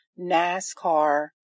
NASCAR